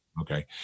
Okay